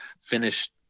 finished